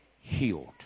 healed